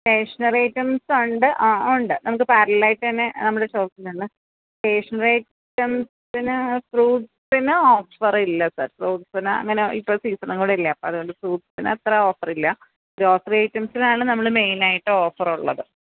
stationery ഐറ്റംസുണ്ട് ആ ഉണ്ട് നമുക്ക് പാരലലായിട്ട് തന്നെ നമ്മുടെ ഷോപ്പിലുണ്ട് സ്റ്റേഷണറി ഐറ്റംസിന് ഫ്രൂട്ട്സിന് ഓഫറില്ല സാര് ഫ്രൂട്ട്സിന് അങ്ങനെ ഇപ്പം സീസണും കൂടിയല്ലെ അപ്പോള് അതുകൊണ്ട് ഫ്രൂട്ട്സിനത്ര ഓഫറില്ല ഗ്രോസറി ഐറ്റംസിനാണ് നമ്മള് മെയിനായിട്ട് ഓഫറുള്ളത്